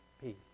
peace